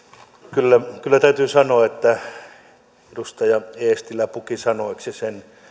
kyllä kyllä täytyy sanoa että edustaja eestilä puki sanoiksi sen